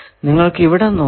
നിങ്ങൾക്കു ഇവിടെ നോക്കാം